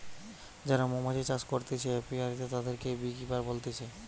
যারা মৌমাছি চাষ করতিছে অপিয়ারীতে, তাদিরকে বী কিপার বলতিছে